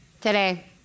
Today